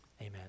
Amen